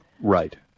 Right